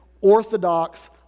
orthodox